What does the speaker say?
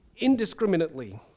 indiscriminately